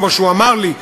כמו שהוא אמר לי,